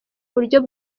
uburyo